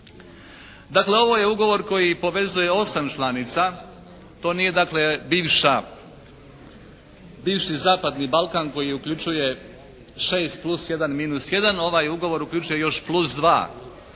Dakle ovo je ugovor koji povezuje osam članica. To nije dakle bivša, bivši zapadni Balkan koji uključuje 6 plus 1 minus 1. Ovaj ugovor uključuje još plus 2.